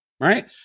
right